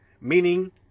meaning